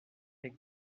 est